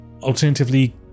alternatively